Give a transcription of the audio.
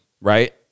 Right